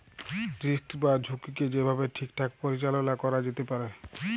risk বা ঝুঁকিকে যে ভাবে ঠিকঠাক পরিচাললা ক্যরা যেতে পারে